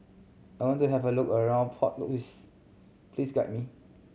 I want to have a look around Port Louis please guide me